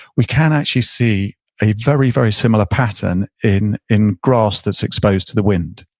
we can actually see a very, very similar pattern in in grass that's exposed to the wind.